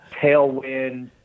tailwind